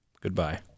goodbye